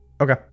Okay